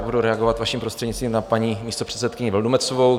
Budu reagovat, vaším prostřednictvím, na paní místopředsedkyni Vildumetzovou.